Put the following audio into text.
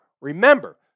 Remember